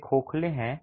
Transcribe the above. वे खोखले हैं